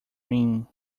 mean